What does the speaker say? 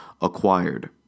acquired